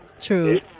True